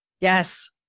yes